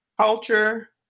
culture